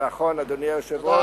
אדוני היושב-ראש,